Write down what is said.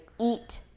eat